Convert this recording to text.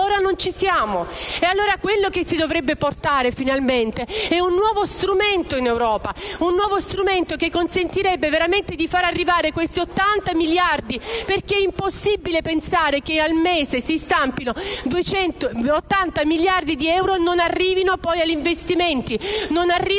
siamo. Quello che si dovrebbe portare finalmente è un nuovo strumento in Europa, un nuovo strumento che consenta veramente di far arrivare questi 80 miliardi, perché è impossibile pensare che al mese si stampino 80 miliardi di euro e che non arrivino poi agli investimenti